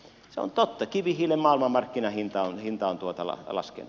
se on totta kivihiilen maailmanmarkkinahinta on laskenut